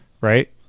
Right